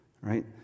right